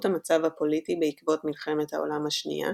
המצב הפוליטי בעקבות מלחמת העולם השנייה,